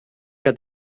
que